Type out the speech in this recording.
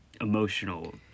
emotional